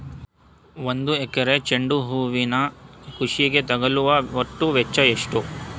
ಒಂದು ಎಕರೆ ಚೆಂಡು ಹೂವಿನ ಕೃಷಿಗೆ ತಗಲುವ ಒಟ್ಟು ವೆಚ್ಚ ಎಷ್ಟು?